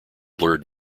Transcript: blurred